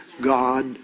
God